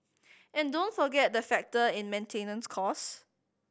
and don't forget the factor in maintenance cost